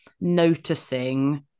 noticing